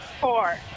Four